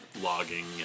Logging